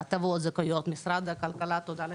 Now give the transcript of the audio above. הטבות, זכאויות, משרד העבודה תודה לכם.